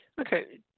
Okay